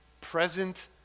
Present